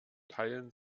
teilen